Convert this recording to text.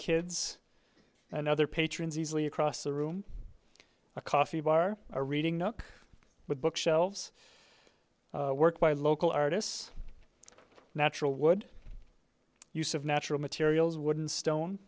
kids and other patrons easily across the room a coffee bar a reading a book with book shelves work by local artists natural wood use of natural materials wooden stone